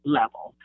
level